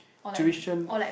tuition